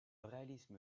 réalisme